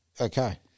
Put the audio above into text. Okay